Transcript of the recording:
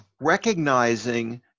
recognizing